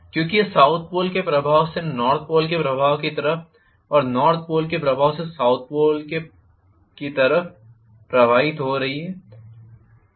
क्योंकि यह south pole के प्रभाव से नॉर्थ पोल् के प्रभाव की तरफ और नॉर्थ पोल् के प्रभाव से साउथ पोल की तरफ प्रवाहित हो रही है